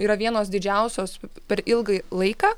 yra vienos didžiausios per ilgai laiką